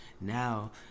Now